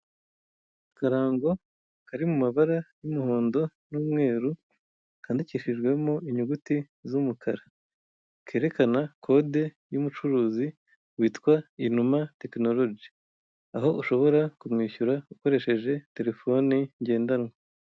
Akarango kari mu mabara y'umuhondo n'umweru kandikishijwemo inyuguti z'umukara, kerekana kode y yumucuruzi witwa inuma technology, aho ushobora kumwishyura ukoresheje terefone ngendanwa.